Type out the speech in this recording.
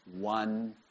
one